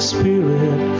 spirit